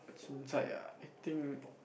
chincai ah I think